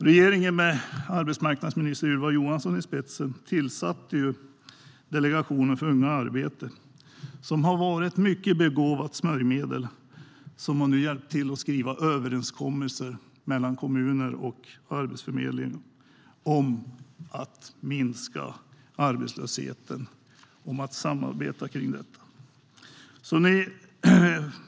Regeringen med arbetsmarknadsminister Ylva Johansson i spetsen tillsatte Delegationen för unga till arbete, som har varit ett mycket begåvat smörjmedel och som har hjälpt till med att skriva överenskommelser mellan kommuner och arbetsförmedling om att minska arbetslösheten och att samarbeta kring detta.